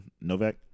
Novak